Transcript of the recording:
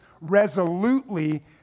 resolutely